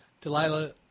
Delilah